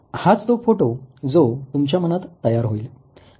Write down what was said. हाच तो फोटो जो तुमच्या मनात तयार होईल